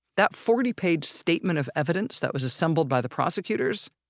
that forty page statement of evidence that was assembled by the prosecutors,